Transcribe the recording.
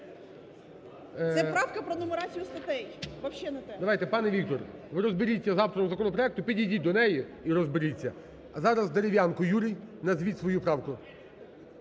Це правка про нумерацію статей, зовсім не те. ГОЛОВУЮЧИЙ. Давайте, пане Віктор, ви розберіться завтра по законопроекту, підійдіть до неї і розберіться. А зараз Дерев'янко Юрій, назвіть свою правку.